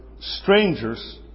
strangers